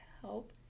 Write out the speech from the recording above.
help